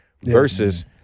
Versus